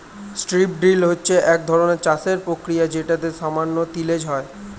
strip drill হচ্ছে একধরনের চাষের প্রক্রিয়া যেটাতে সামান্য তিলেজ হয়